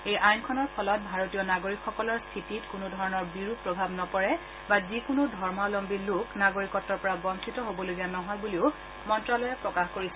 এই আইনখনৰ ফলত ভাৰতীয় নাগৰিকসকলৰ স্থিতিত কোনো ধৰণৰ বিৰূপ প্ৰভাৱ নপৰে বা যিকোনো ধৰ্মাৱলম্বী লোক নাগৰিকত্বৰ পৰা বঞ্চিত হবলগীয়া নহয় বুলিও মন্ত্ৰালয়ে প্ৰকাশ কৰিছে